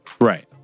right